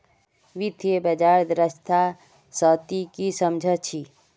वित्तीय बाजार दक्षता स ती की सम झ छि